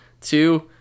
Two